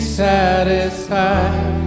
satisfied